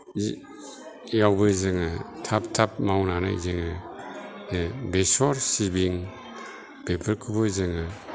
जेरावबो जोङो थाब थाब मावनानै जोङो बेसर सिबिं बेफोरखौबो जोङो